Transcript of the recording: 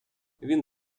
він